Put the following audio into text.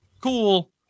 cool